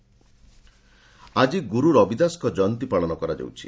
ଗୁରୁ ରବିଦାସ ଜୟନ୍ତୀ ଆକି ଗୁରୁ ରବିଦାସଙ୍କ ଜୟନ୍ତୀ ପାଳନ କରାଯାଉଛି